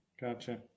gotcha